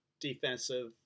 defensive